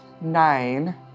nine